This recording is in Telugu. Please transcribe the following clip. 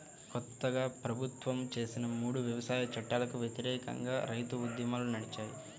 కొత్తగా ప్రభుత్వం చేసిన మూడు వ్యవసాయ చట్టాలకు వ్యతిరేకంగా రైతు ఉద్యమాలు నడిచాయి